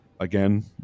Again